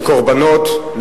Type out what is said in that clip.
עם קורבנות.